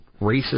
racist